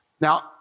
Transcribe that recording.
Now